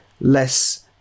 less